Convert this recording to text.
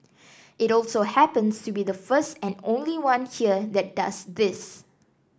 it also happens to be the first and only one here that does this